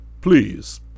Please